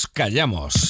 callamos